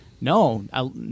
no